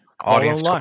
Audience